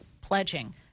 pledging